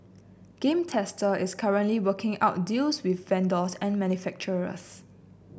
Game Tester is currently working out deals with vendors and manufacturers